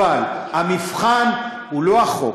אבל המבחן הוא לא החוק,